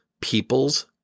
People's